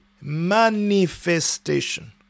manifestation